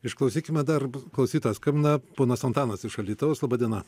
išklausykime dar klausytojas skambina ponas antanas iš alytaus laba diena